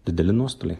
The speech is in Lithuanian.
dideli nuostoliai